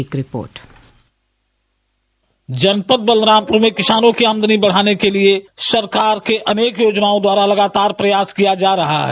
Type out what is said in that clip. एक report dispatch जनपद बलरामपुर में किसानों की आमदनी बढ़ाने के लिए सरकार के अनेक योजनाओं द्वारा लगातार प्रयास किया जा रहा है